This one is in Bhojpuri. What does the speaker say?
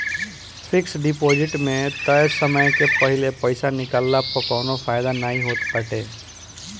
फिक्स डिपाजिट में तय समय के पहिले पईसा निकलला पअ कवनो फायदा नाइ होत बाटे